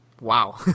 Wow